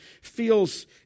feels